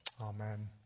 Amen